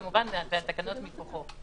וכמובן התקנות מתוכו.